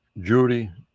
Judy